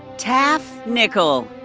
teaff nickel.